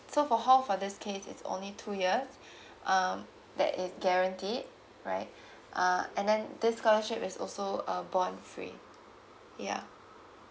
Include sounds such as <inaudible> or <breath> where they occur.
so for hall for this case it's only two years <breath> um that is guaranteed right <breath> uh and then this scholarship is also a bond free yeah